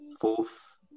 fourth